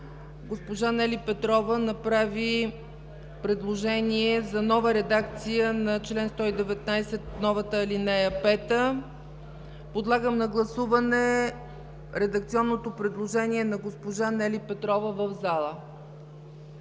госпожа Нели Петрова направи предложение за нова редакция на чл. 119, новата ал. 5. Подлагам на гласуване редакционното предложение на госпожа Нели Петрова,